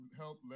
help